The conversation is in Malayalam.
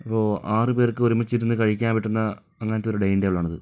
അപ്പോൾ ആറു പേർക്ക് ഒരുമിച്ചിരുന്ന് കഴിക്കാൻ പറ്റുന്ന അങ്ങനത്തെ ഒരു ഡൈനിങ്ങ് ടേബിളാണത്